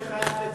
אני חייב לציין,